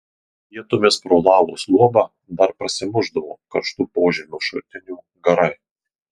vietomis pro lavos luobą dar prasimušdavo karštų požemio šaltinių garai